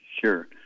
Sure